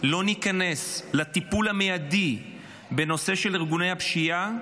לא ניכנס לטיפול מיידי בנושא של ארגוני הפשיעה,